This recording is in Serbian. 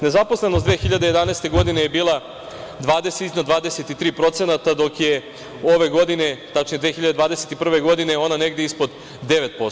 Nezaposlenost 2011. godine je bila iznad 23%, dok je ove godine, tačnije 2021. godine, ona negde ispod 9%